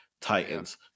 Titans